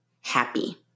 happy